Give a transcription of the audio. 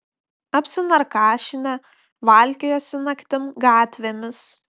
apsinarkašinę valkiojasi naktim gatvėmis